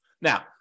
Now